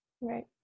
Right